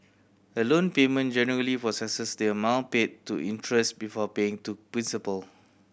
a loan payment generally processes the amount paid to interest before paying to principal